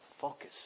focus